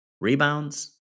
rebounds